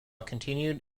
continued